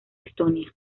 estonia